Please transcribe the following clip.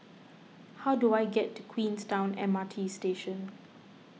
how do I get to Queenstown M R T Station